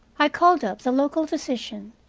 i called up the local physician,